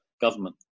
government